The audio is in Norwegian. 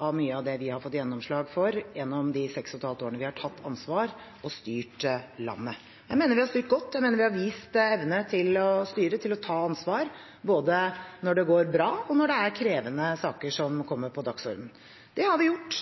av mye av det vi har fått gjennomslag for gjennom de seks og et halvt årene vi har tatt ansvar og styrt landet. Jeg mener vi har styrt godt. Jeg mener vi har vist evne til å styre, til å ta ansvar, både når det går bra, og når det er krevende saker som kommer på dagsordenen. Det har vi gjort